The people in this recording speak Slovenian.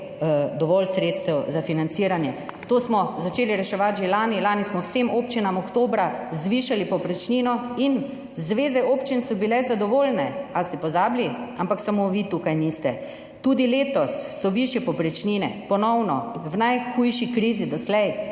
dovolj sredstev za financiranje. To smo začeli reševati že lani. Lani smo vsem občinam oktobra zvišali povprečnino in zveze občin so bile zadovoljne. Ali ste pozabili? Ampak samo vi tukaj niste. Tudi letos so povprečnine višje, ponovno, v najhujši krizi doslej.